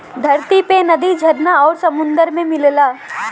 धरती पे नदी झरना आउर सुंदर में मिलला